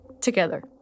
together